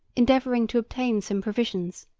endeavouring to obtain some provisions,